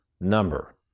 number